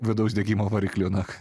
vidaus degimo variklio na